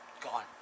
gone